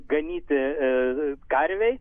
ganyti karvei